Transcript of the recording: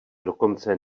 dokonce